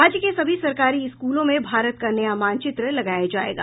राज्य के सभी सरकारी स्कूलों में भारत का नया मानचित्र लगाया जायेगा